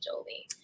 Jolie